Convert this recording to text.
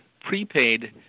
prepaid